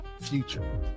future